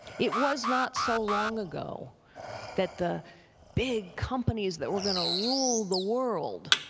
it was not so long ago that the big companies that were going to rule the world